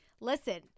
listen